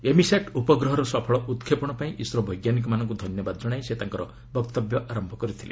EMISAT ଉପଗ୍ରହର ସଫଳ ଉତ୍କ୍ଷେପଣ ପାଇଁ ଇସ୍ରୋ ବୈଜ୍ଞାନିକମାନଙ୍କୁ ଧନ୍ୟବାଦ ଜଣାଇ ସେ ତାଙ୍କର ବକ୍ତବ୍ୟ ଆରମ୍ଭ କରିଥିଲେ